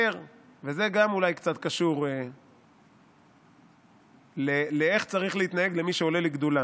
זה גם אולי קצת קשור לאיך צריך להתנהג למי שעולה לגדולה.